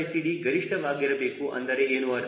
CLCD ಗರಿಷ್ಠ ವಾಗಿರಬೇಕು ಎಂದರೆ ಏನು ಅರ್ಥ